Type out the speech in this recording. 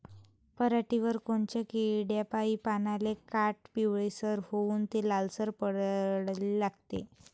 पऱ्हाटीवर कोनत्या किड्यापाई पानाचे काठं पिवळसर होऊन ते लालसर पडाले लागते?